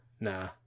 Nah